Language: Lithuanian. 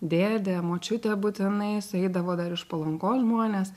dėdė močiutė būtinai sueidavo dar iš palangos žmonės